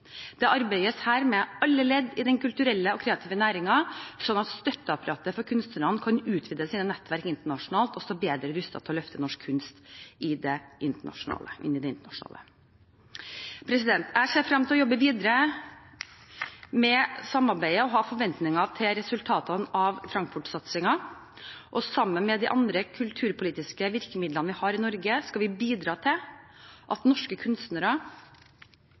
Det arbeides her med alle ledd i den kulturelle og kreative næringen, sånn at støtteapparatet for kunstnerne kan utvide sine nettverk internasjonalt og stå bedre rustet til å løfte norsk kunst inn i det internasjonale. Jeg ser frem til å jobbe videre med samarbeidet og har forventninger til resultatene av Frankfurt-satsingen. Sammen med de andre kulturpolitiske virkemidlene vi har i Norge, skal vi bidra til at norske kunstnere